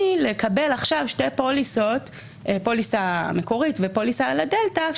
לקבל עכשיו פוליסה מקורית ופוליסה על הדלתא,